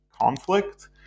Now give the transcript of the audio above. conflict